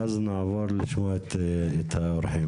ואז נעבור לשמוע את האורחים.